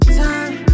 time